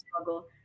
struggle